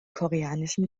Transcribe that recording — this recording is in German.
koreanischen